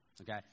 Okay